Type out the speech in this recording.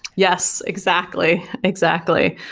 yes, exactly, exactly.